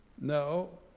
No